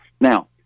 Now